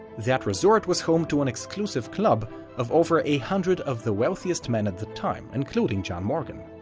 that resort was home to an exclusive club of over a hundred of the wealthiest men at the time, including john morgan.